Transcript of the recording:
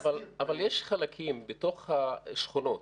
אבל יש חלקים בתוך השכונות,